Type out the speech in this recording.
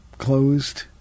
closed